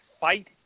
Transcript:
fight